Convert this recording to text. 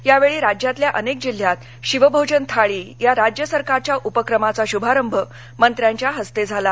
यावेळी राज्यातल्या अनेक जिल्ह्यात शिव भोजन थाळी या राज्य सरकारच्या उपक्रमाचा शुभारंभ मंत्र्यांच्या हस्ते झाला